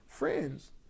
friends